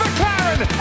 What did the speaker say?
McLaren